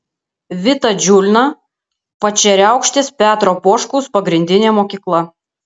vita džiulna pačeriaukštės petro poškaus pagrindinė mokykla